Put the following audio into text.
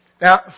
Now